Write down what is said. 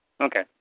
Okay